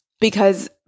Because-